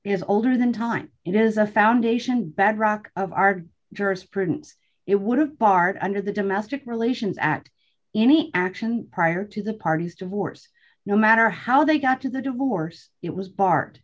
is older than time it is a foundation bedrock of our jurisprudence it would have barred under the domestic relations act any action prior to the parties divorce no matter how they got to the divorce it was bar